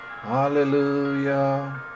Hallelujah